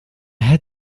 had